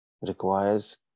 requires